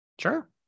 sure